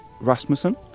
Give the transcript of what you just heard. Rasmussen